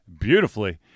Beautifully